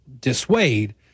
dissuade